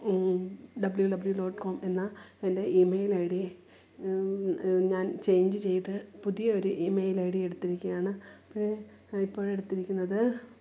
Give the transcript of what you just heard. W W dot com എന്ന എൻ്റെ email I D ഞാൻ ചെയിഞ്ച് ചെയ്ത് പുതിയ ഒരു ഇമെയിൽ ഐ ഡി എടുത്തിരിക്കയാണ് ഇപ്പോൾ ഇപ്പോഴെടുത്തിരിക്കുന്നത്